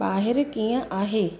ॿाहिरि कीअं आहे